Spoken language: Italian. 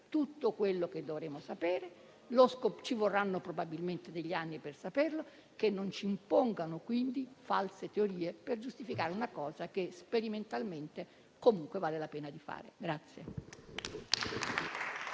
tutto quanto dovremmo sapere e ci vorranno probabilmente degli anni. Che non ci impongano, quindi, false teorie per giustificare una cosa che, sperimentalmente, comunque vale la pena fare.